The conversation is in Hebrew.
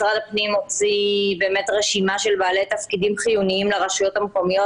משרד הפנים הוציא באמת רשימה של בעלי תפקידים חיוניים לרשויות המקומיות.